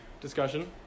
discussion